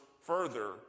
further